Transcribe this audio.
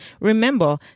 Remember